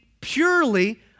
purely